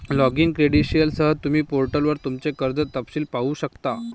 login क्रेडेंशियलसह, तुम्ही पोर्टलवर तुमचे कर्ज तपशील पाहू शकता